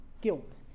guilt